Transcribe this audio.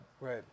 right